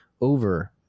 over